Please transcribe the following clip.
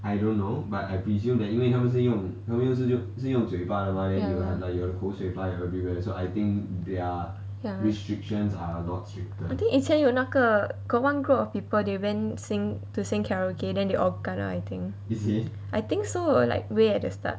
ya lor ya I think 以前有那个 got one group of people they went sing to sing karaoke then they all kena I think I think so like way at the start